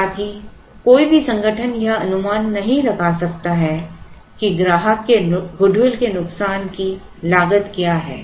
साथ ही कोई भी संगठन यह अनुमान नहीं लगा सकता है कि ग्राहक के गुडविल के नुकसान की लागत क्या है